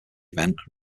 event